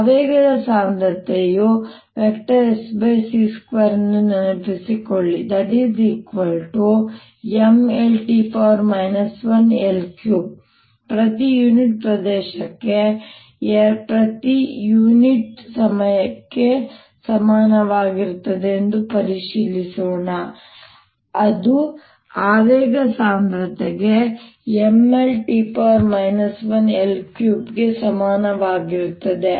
ಆವೇಗ ಸಾಂದ್ರತೆಯು |S|c2 ಎಂಬುದನ್ನು ನೆನಪಿಸಿಕೊಳ್ಳಿ |S|c2MLT 1L3 ಪ್ರತಿ ಯೂನಿಟ್ ಪ್ರದೇಶಕ್ಕೆ ಎರಡು ಪ್ರತಿ ಯುನಿಟ್ ಸಮಯಕ್ಕೆ ಸಮನಾಗಿರುತ್ತದೆ ಎಂದು ಪರಿಶೀಲಿಸೋಣ ಅದು ಆವೇಗ ಸಾಂದ್ರತೆಗೆ MLT 1L3 ಗೆ ಸಮಾನವಾಗಿರುತ್ತದೆ